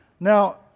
Now